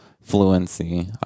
fluency